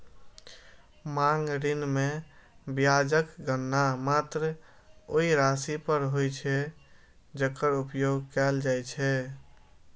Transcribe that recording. मांग ऋण मे ब्याजक गणना मात्र ओइ राशि पर होइ छै, जेकर उपयोग कैल जाइ छै